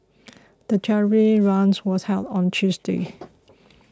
the charity run was held on a Tuesday